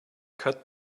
cut